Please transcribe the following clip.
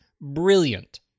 Brilliant